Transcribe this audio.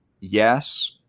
yes